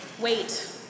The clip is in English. wait